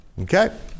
Okay